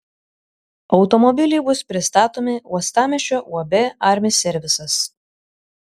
automobiliai bus pristatomi uostamiesčio uab armi servisas